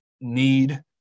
need